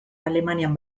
alemanian